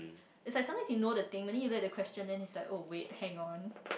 is like sometimes you know the thing but then when you look at the question is like oh wait hang on